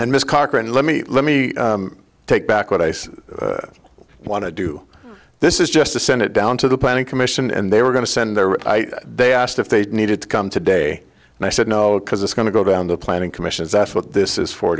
and miss cochran let me let me take back what i said i want to do this is just to send it down to the planning commission and they were going to send their i they asked if they needed to come today and i said no because it's going to go down the planning commissions that's what this is for